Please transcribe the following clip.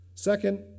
Second